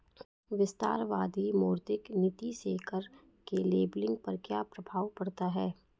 विस्तारवादी मौद्रिक नीति से कर के लेबलिंग पर क्या प्रभाव पड़ता है?